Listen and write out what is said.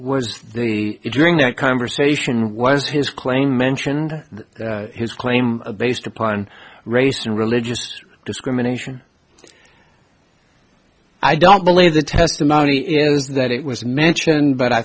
was the during that conversation was his claim mentioned his claim based upon race and religious discrimination i don't believe the testimony is that it was mentioned but i